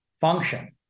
function